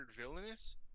villainous